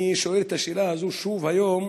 אני שואל את השאלה הזאת שוב היום,